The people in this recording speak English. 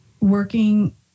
working